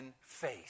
faith